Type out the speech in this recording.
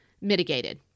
mitigated